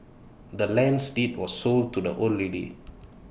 the land's deed was sold to the old lady